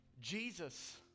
Jesus